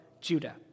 Judah